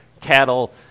cattle